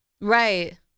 Right